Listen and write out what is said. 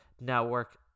Network